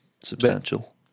substantial